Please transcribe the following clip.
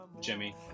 Jimmy